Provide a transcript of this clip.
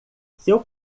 seu